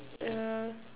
err